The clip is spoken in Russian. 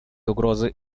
угрозы